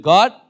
God